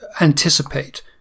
anticipate